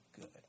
good